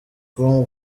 com